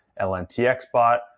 LNTXBot